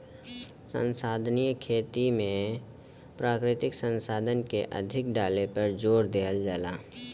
संसाधनीय खेती में प्राकृतिक संसाधन के अधिक डाले पे जोर देहल जाला